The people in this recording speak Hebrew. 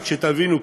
רק שתבינו,